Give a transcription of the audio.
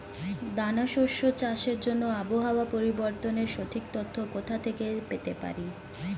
দানা শস্য চাষের জন্য আবহাওয়া পরিবর্তনের সঠিক তথ্য কোথা থেকে পেতে পারি?